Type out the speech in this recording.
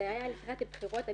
זה היה לקראת הבחירות,